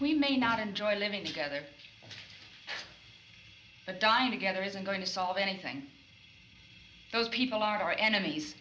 we may not enjoy living together but dying together isn't going to solve anything those people are enemies